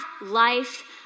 life